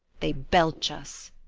they belch us